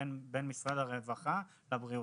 בין משרד הרווחה לבריאות,